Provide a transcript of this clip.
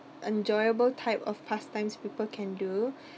enjoyable type of pastimes people can do